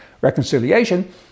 reconciliation